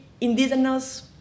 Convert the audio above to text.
indigenous